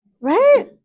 right